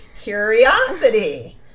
curiosity